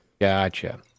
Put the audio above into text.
gotcha